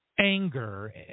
Anger